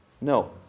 No